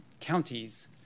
counties